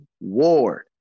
Ward